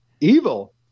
evil